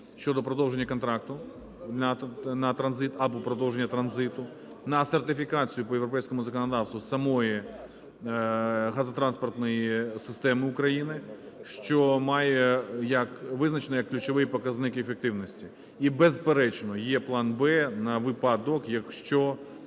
щодо продовження контракту на транзит або продовження транзиту. На сертифікацію по європейському законодавству самої газотранспортної системи України, що має як… визначено як ключовий показник ефективності. І, безперечно, є план "Б" на випадок, якщо